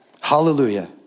Hallelujah